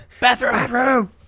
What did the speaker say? Bathroom